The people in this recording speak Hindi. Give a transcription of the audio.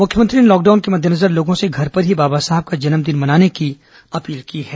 मुख्यमंत्री ने लॉकडाउन के मद्देनजर घर पर ही बाबा साहब का जन्मदिन मनाने की अपील की है